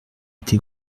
été